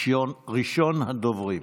ראשון הדוברים.